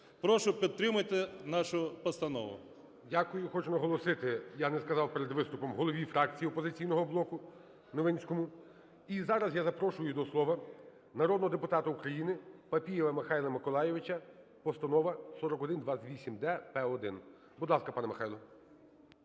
Прошу підтримати нашу постанову. ГОЛОВУЮЧИЙ. Дякую. Хочу наголосити, я не сказав перед виступом: голові фракції "Опозиційного блоку" Новинському. І зараз я запрошую до слова народного депутата України Папієва Михайла Миколайовича, Постанова 4128-д-П1. Будь ласка, пане Михайло.